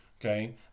okay